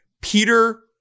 Peter